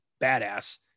badass